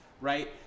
right